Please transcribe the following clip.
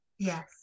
Yes